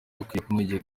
bakwiriye